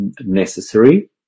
necessary